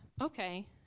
okay